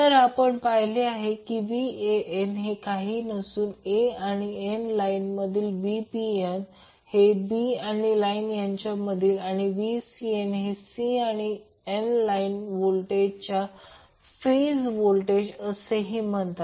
तर आपण पाहिले Van हे काही नसून a आणि n लाईनमधील Vbn हे b आणि n यांच्यातील आणि Vcn हे c आणि n यातील व्होल्टेजला फेज व्होल्टेज असेही म्हणतात